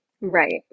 Right